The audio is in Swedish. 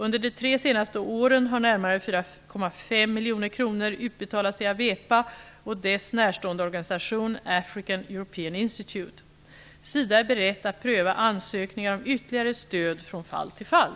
Under de tre senaste åren har närmare 4,5 miljoner kronor utbetalats till AWEPA och dess närstående organisation African European Institute. SIDA är berett att pröva ansökningar om ytterligare stöd från fall till fall.